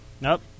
Nope